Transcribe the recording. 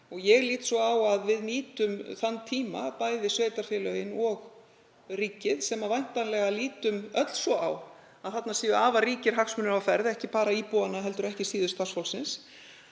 Ég lít svo á að við nýtum þann tíma, bæði sveitarfélögin og ríkið, sem væntanlega lítum öll svo á að þarna séu afar ríkir hagsmunir á ferð, ekki bara íbúanna heldur ekki síður starfsfólksins,